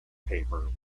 paper